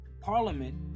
Parliament